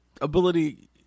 ability